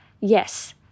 yes